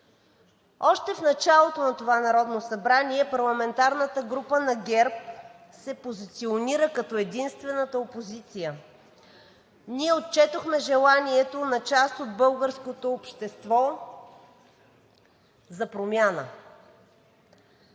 Още в началото на това Народно събрание парламентарната група на ГЕРБ се позиционира като единствената опозиция. Ние отчетохме желанието на част от българското общество за промяна.